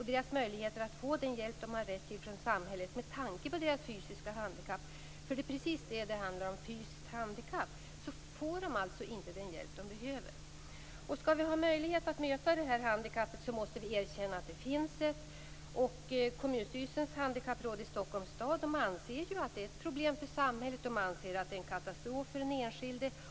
De får inte den hjälp de har rätt till från samhället. Med tanke på deras fysiska handikapp - fysiskt handikapp är precis vad det handlar om - får de alltså inte den hjälp de behöver. Skall vi ha möjlighet att möta det här handikappet måste vi erkänna att det finns. Kommunstyrelsens handikappråd i Stockholms stad anser att det är ett problem för samhället. Man anser att det är en katastrof för den enskilde.